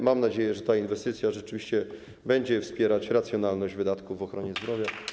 Mam nadzieję, że ta inwestycja rzeczywiście będzie wspierać racjonalność wydatków w ochronie zdrowia.